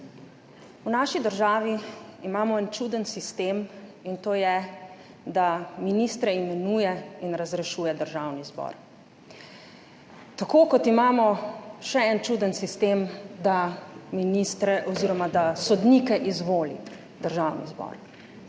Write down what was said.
V naši državi imamo en čuden sistem, in to je, da ministre imenuje in razrešuje Državni zbor. Tako, kot imamo še en čuden sistem, da ministre oziroma da sodnike izvoli Državni zbor.